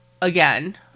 again